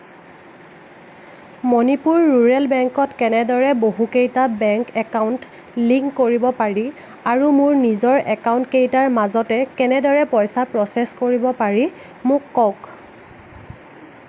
Manipur rural বেংকত কেনেদৰে বহুকেইটা বেংক একাউণ্ট লিংক কৰিব পাৰি আৰু মোৰ নিজৰ একাউণ্টকেইটাৰ মাজতে কেনেদৰে পইচা প্ৰ'চেছ কৰিব পাৰি মোক কওক